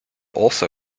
also